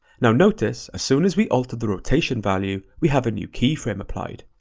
now notice, as soon as we alter the rotation value, we have a new keyframe applied.